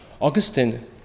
Augustine